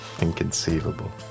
inconceivable